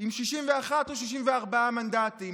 עם 61 או 64 מנדטים,